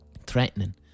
threatening